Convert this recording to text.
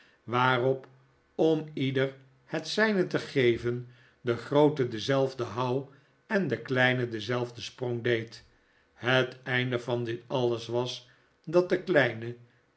waarop om ieder het zijne te geven de groote denzelfden houw en de kleine denzelfden sprong deed het einde van dit alles was dat de kleine